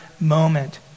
moment